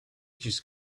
just